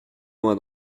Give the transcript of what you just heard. loin